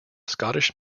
scottish